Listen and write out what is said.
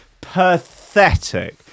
Pathetic